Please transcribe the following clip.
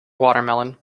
watermelon